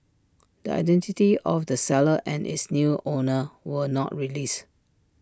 the identity of the seller and its new owner were not released